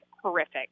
Horrific